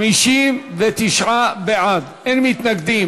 מי בעד, מי נגד?